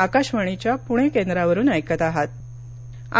आषाढी वारी